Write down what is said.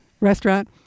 restaurant